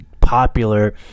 popular